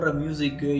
music